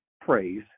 praise